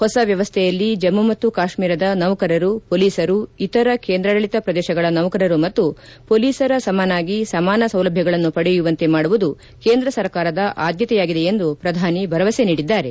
ಹೊಸ ವ್ಯವಸ್ಥೆಯಲ್ಲಿ ಜಮ್ನ ಮತ್ತು ಕಾಶ್ಮೀರದ ನೌಕರರು ಪೊಲೀಸರು ಇತರ ಕೇಂದ್ರಾಡಳಿತ ಪ್ರದೇಶಗಳ ನೌಕರರು ಮತ್ತು ಪೊಲೀಸರ ಸಮನಾಗಿ ಸಮಾನ ಸೌಲಭ್ಞಗಳನ್ನು ಪಡೆಯುವಂತೆ ಮಾಡುವುದು ಕೇಂದ್ರ ಸರ್ಕಾರದ ಆದ್ದತೆಯಾಗಿದೆ ಎಂದು ಪ್ರಧಾನಿ ಭರವಸೆ ನೀಡಿದ್ದಾರೆ